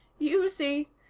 you see?